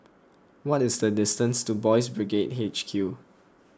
what is the distance to Boys' Brigade H Q